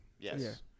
Yes